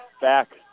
back